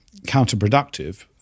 counterproductive